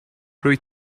rwyt